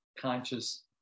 conscious